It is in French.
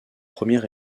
premier